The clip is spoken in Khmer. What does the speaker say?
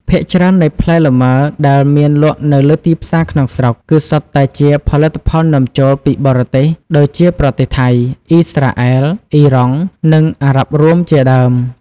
ភាគច្រើននៃផ្លែលម៉ើដែលមានលក់នៅលើទីផ្សារក្នុងស្រុក គឺសុទ្ធតែជា ផលិតផលនាំចូល ពីបរទេស ដូចជាប្រទេសថៃ អុីស្រាអែល អុីរ៉ង់ និងអារ៉ាប់រួមជាដើម។